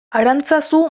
arantzazu